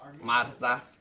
Marta